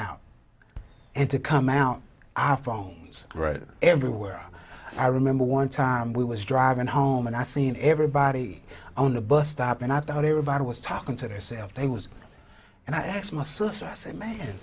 out and to come out i phones were everywhere i remember one time we was driving home and i seen everybody only a bus stop and i thought everybody was talking to herself they was and i asked my sister i say man